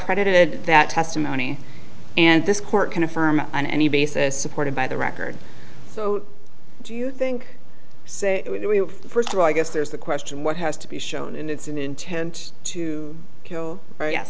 credited that testimony and this court can affirm on any basis supported by the record so do you think first of all i guess there's the question what has to be shown and it's an intent to kill